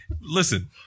listen